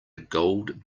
gold